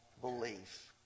belief